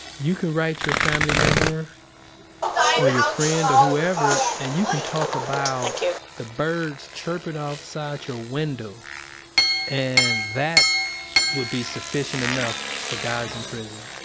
you can write your family member or your friend or whoever and you can talk about the birds chirpin' outside your window and that would be sufficient enough for guys in prison.